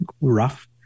rough